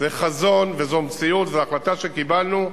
זה חזון וזו מציאות, וזו החלטה שקיבלנו.